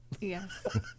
Yes